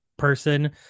person